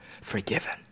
forgiven